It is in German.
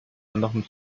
anderen